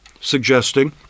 suggesting